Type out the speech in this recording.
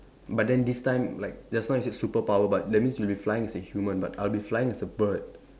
but then this time like just now you say superpower but that mean you'll be flying as a human but I'll be flying as a bird